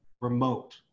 remote